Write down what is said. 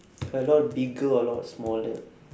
a lot bigger or a lot smaller